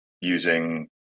using